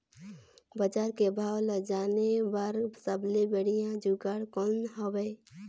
बजार के भाव ला जाने बार सबले बढ़िया जुगाड़ कौन हवय?